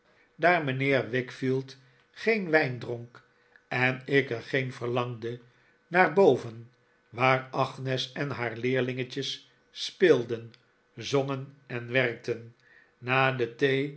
daar mijnheer wickfield geen wijn dronk en ik er geen verlangde naar boven waar agnes en haar leerlingetjes speelden zongen en werkten na de